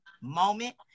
moment